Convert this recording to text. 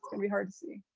and be hard to see.